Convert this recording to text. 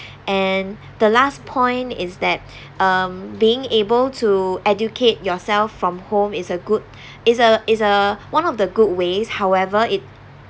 and the last point is that um being able to educate yourself from home is a good is a is a one of the good ways however it